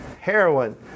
heroin